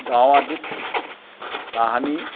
গাঁও আদিত তাহানি